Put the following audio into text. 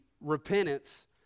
repentance